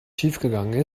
schiefgegangen